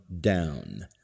down